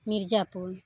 Mirzapur